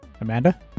Amanda